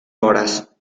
horas